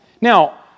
Now